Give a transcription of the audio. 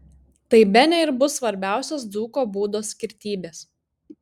tai bene ir bus svarbiausios dzūko būdo skirtybės